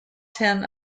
ten